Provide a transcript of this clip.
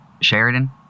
Sheridan